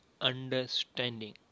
understanding